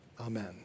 Amen